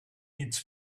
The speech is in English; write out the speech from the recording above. its